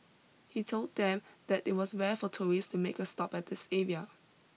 he told them that it was rare for tourists to make a stop at this area